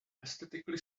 aesthetically